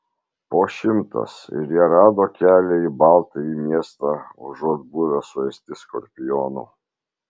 po šimtas ir jie rado kelią į baltąjį miestą užuot buvę suėsti skorpionų